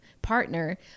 Partner